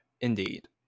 indeed